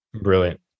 Brilliant